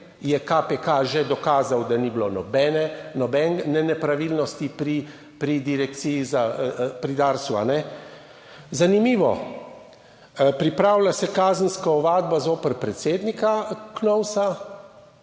je KPK že dokazal, da ni bilo nobene, nobene nepravilnosti pri direkciji za, pri Darsu, a ne. Zanimivo, Pripravlja se kazenska ovadba zoper predsednika KNOVS.